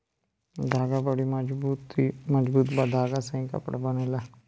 धागा बड़ी मजबूत बा धागा से ही कपड़ा बनेला